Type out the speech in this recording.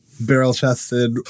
Barrel-chested